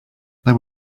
there